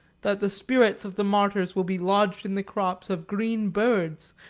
that the spirits of the martyrs will be lodged in the crops of green birds,